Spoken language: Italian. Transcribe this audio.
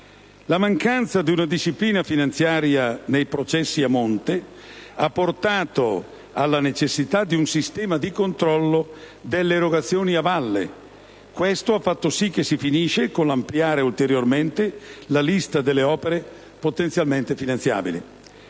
La mancanza di una disciplina finanziaria nei processi a monte ha portato alla necessità di un sistema di controllo delle erogazioni a valle; questo ha fatto sì che si è finito con l'ampliare ulteriormente la lista delle opere potenzialmente finanziabili.